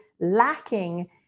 lacking